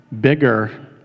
bigger